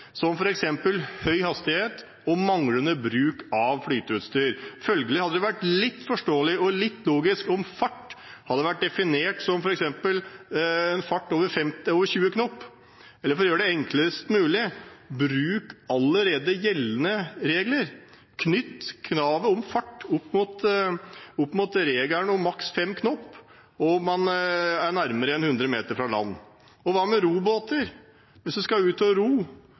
som f.eks. høy hastighet og manglende bruk av flyteutstyr. Følgelig hadde det vært litt forståelig og litt logisk om fart hadde vært definert som f.eks. fart over 20 knop. Eller for å gjøre det enklest mulig: Bruk allerede gjeldende regler. Knytt kravet om fart opp mot regelen om maks fem knop om man er nærmere enn 100 meter fra land. Og hva med robåter? Hvis man skal ut og ro